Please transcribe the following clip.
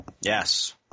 Yes